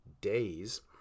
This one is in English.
days